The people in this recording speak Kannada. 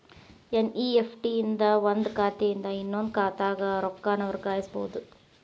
ಎನ್.ಇ.ಎಫ್.ಟಿ ಇಂದ ಒಂದ್ ಖಾತೆಯಿಂದ ಇನ್ನೊಂದ್ ಖಾತೆಗ ರೊಕ್ಕಾನ ವರ್ಗಾಯಿಸಬೋದು